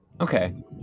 Okay